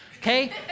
okay